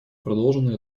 продолжена